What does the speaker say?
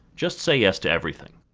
just say yes to everything.